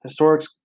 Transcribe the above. Historics